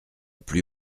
plus